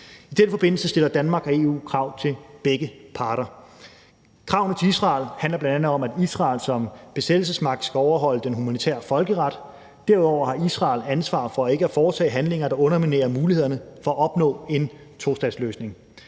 I den forbindelse stiller Danmark og EU krav til begge parter. Kravene til Israel handler bl.a. om, at Israel som besættelsesmagt skal overholde den humanitære folkeret, og derudover har Israel ansvar for ikke at foretage handlinger, der underminerer mulighederne for at opnå en tostatsløsning.